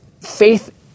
faith